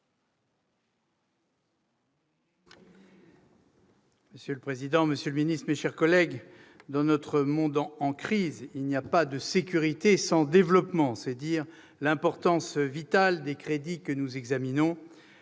Monsieur le président, monsieur le ministre, mes chers collègues, dans notre monde en crise, il n'y a pas de sécurité sans développement. C'est dire l'importance vitale des crédits que nous examinons.